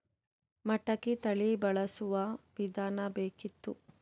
ಮಟಕಿ ತಳಿ ಬಳಸುವ ವಿಧಾನ ಬೇಕಿತ್ತು?